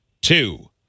two